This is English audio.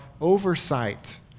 oversight